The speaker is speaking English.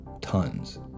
tons